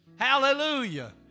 Hallelujah